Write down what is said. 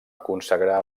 consagrar